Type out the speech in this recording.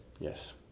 Yes